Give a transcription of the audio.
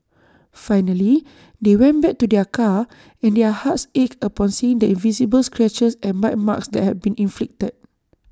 finally they went back to their car and their hearts ached upon seeing the visible scratches and bite marks that had been inflicted